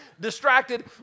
distracted